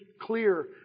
clear